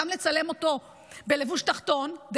גם לצלם אותו בלבוש תחתון,